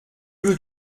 veux